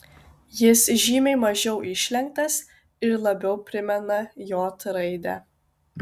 jis žymiai mažiau išlenktas ir labiau primena j raidę